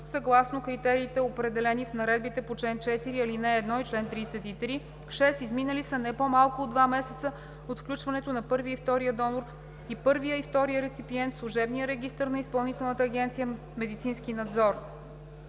съгласно критериите, определени в наредбите по чл. 4, ал. 1 и чл. 33; 6. изминали са не по-малко от два месеца от включването на първия и втория донор и първия и втория реципиент в служебния регистър на Изпълнителна агенция „Медицински надзор“.